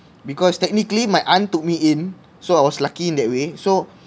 because technically my aunt took me in so I was lucky in that way so